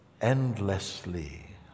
endlessly